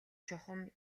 чухам